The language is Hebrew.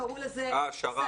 הם קראו לזה סדנאות,